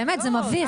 באמת זה מביך,